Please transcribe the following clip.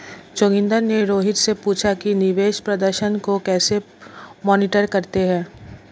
जोगिंदर ने रोहित से पूछा कि निवेश प्रदर्शन को कैसे मॉनिटर करते हैं?